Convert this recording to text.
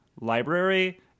library